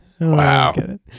wow